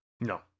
No